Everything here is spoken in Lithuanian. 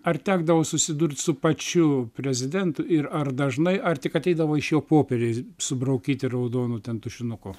ar tekdavo susidurti su pačiu prezidentu ir ar dažnai ar tik ateidavo iš jo popieriai subraukyti raudonu ten tušinuku